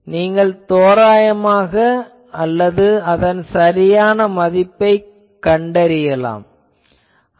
நீங்கள் தோராயமாக அல்லது சரியான மதிப்பைக் கண்டறியலாம்